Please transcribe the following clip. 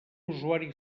usuari